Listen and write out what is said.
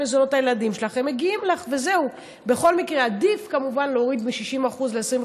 כמו שאת יודעת,